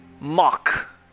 mock